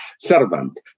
servant